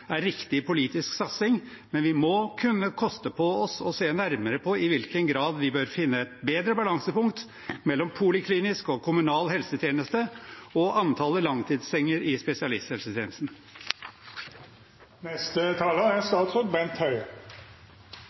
er en riktig politisk satsing, men vi må kunne koste på oss å se nærmere på i hvilken grad vi bør finne et bedre balansepunkt mellom poliklinisk og kommunal helsetjeneste og antallet langtidssenger i